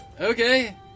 okay